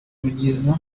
kubigeza